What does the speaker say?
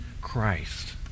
Christ